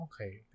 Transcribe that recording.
Okay